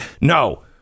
no